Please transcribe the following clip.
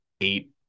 eight